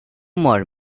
more